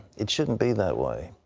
it shouldnt be that way.